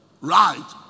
right